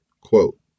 quote